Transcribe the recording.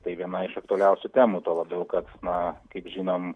tai viena iš aktualiausių temų tuo labiau kad na kaip žinom